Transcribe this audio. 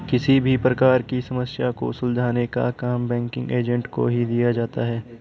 किसी भी प्रकार की समस्या को सुलझाने का काम बैंकिंग एजेंट को ही दिया जाता है